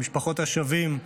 למשפחות השבים,